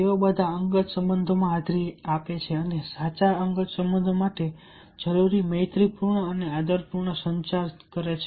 તેઓ બધા અંગત સંબંધોમાં હાજરી આપે છે અને સાચા અંગત સંબંધો માટે જરૂરી મૈત્રીપૂર્ણ અને આદરપૂર્ણ સંચાર કરે છે